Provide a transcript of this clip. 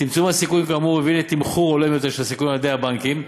צמצום הסיכונים כאמור הביא לתמחור הולם יותר של הסיכונים על-ידי הבנקים.